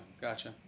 gotcha